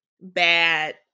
Bad